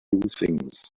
things